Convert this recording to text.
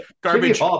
Garbage